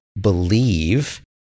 believe